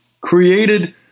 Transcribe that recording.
created